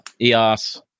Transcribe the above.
EOS